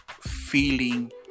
feeling